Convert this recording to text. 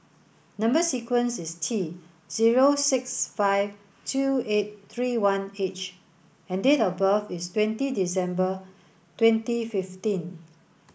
number sequence is T zero six five two eight three one H and date of birth is twenty December twenty fifteen